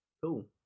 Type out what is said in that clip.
Cool